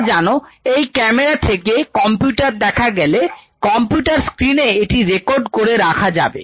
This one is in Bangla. তোমরা জানো এই ক্যামেরা থেকে কম্পিউটারে দেখা গেলে কম্পিউটার স্ক্রিনে এটি রেকর্ড করে রাখা যাবে